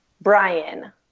Brian